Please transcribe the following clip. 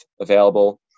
available